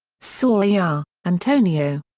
sawaya, antonio.